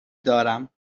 دارم